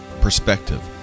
perspective